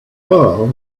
bar